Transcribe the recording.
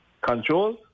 controls